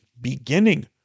beginning